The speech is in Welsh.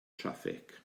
traffig